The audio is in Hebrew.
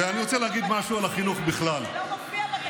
ראש הממשלה, זה לא מופיע בתקציב.